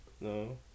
No